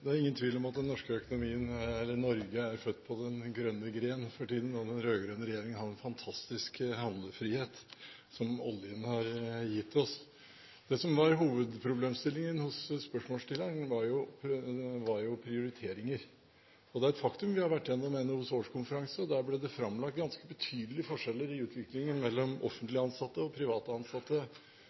den rød-grønne regjeringen har en fantastisk handlefrihet som oljen har gitt oss. Det som var hovedproblemstillingen til spørsmålsstilleren, var prioriteringer. Vi har vært igjennom NHOs årskonferanse. Der ble det framlagt ganske betydelige forskjeller i utviklingen mellom offentlig ansatte og privat ansatte,